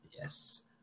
Yes